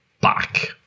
back